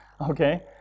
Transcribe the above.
okay